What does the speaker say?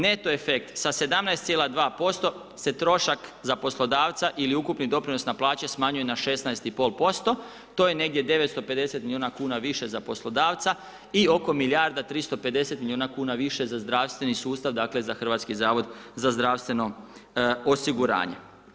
Neto efekt sa 17,2% se trošak za poslodavca ili ukupni doprinos na plaće, smanjuje na 16,5%, to je negdje 950 milijuna kuna više za poslodavca i oko milijarda 350 milijuna kuna više za zdravstveni sustav, dakle za Hrvatski zavod za zdravstveno osiguranje.